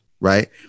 right